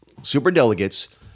superdelegates